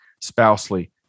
spousely